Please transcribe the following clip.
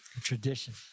tradition